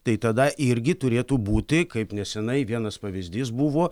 tai tada irgi turėtų būti kaip neseniai vienas pavyzdys buvo